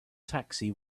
taxi